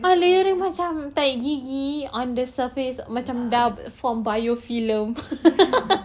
ah leh macam tahi gigi on the surface macam dap~ from biofilm